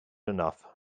enough